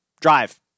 Drive